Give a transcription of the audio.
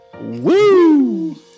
woo